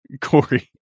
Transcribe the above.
Corey